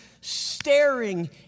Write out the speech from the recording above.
Staring